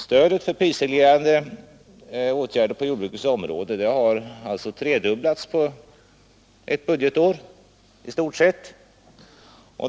Stödet för prisreglerande åtgärder på jordbrukets område har tredubblats på ett budgetår.